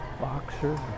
Boxer